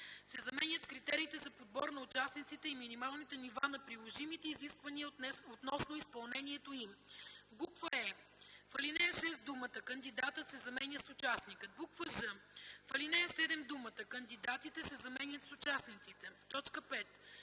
се заменят с „Критериите за подбор на участниците и минималните нива на приложимите изисквания относно изпълнението им”; е) в ал. 6 думата „кандидатът” се заменя с „участникът”; ж) в ал. 7 думата „Кандидатите” се заменя с „Участниците”. 5.